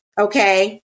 okay